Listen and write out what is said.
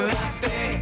happy